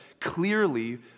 clearly